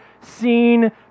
seen